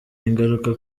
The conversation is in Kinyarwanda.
ingaruka